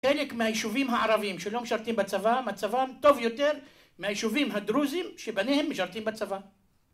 חלק מהיישובים הערבים שלא משרתים בצבא, מצבא טוב יותר מהיישובים הדרוזים שבניהם משרתים בצבא.